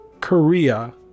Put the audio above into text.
Korea